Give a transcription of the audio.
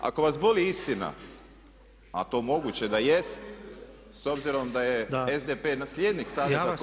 Ako vas boli istina, a to moguće da jest, s obzirom da je SDP nasljednik Saveza